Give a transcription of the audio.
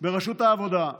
בראשות העבודה.